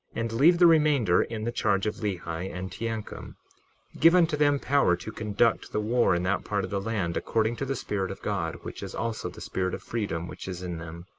and leave the remainder in the charge of lehi and teancum give unto them power to conduct the war in that part of the land, according to the spirit of god, which is also the spirit of freedom which is in them.